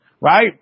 Right